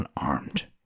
unarmed